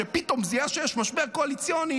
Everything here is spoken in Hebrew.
שפתאום זיהה שיש משבר קואליציוני,